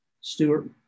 Stewart